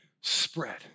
spread